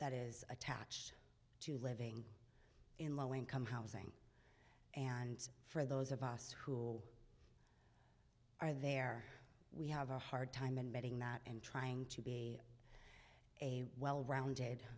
that is attached to living in low income housing and for those of us who are there we have a hard time admitting that and trying to be a well rounded